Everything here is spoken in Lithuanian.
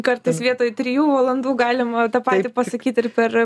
kartais vietoj trijų valandų galima tą patį pasakyt ir per